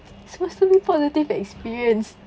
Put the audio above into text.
supposed to be positive experience